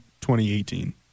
2018